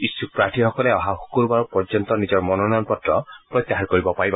ইচ্ছুক প্ৰাৰ্থীসকলে অহা শুকুৰবাৰ পৰ্যন্ত নিজৰ মনোনয়ন পত্ৰ প্ৰত্যাহাৰ কৰিব পাৰিব